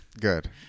Good